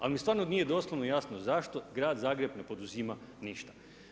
Ali mi stvarno nije doslovno jasno zašto grad Zagreb ne poduzima ništa.